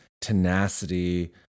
tenacity